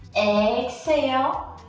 exhale,